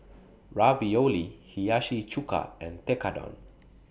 Ravioli Hiyashi Chuka and Tekkadon